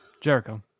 Jericho